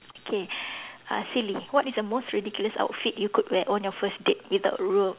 okay uh silly what is the most ridiculous outfit you could wear on your first date without ruin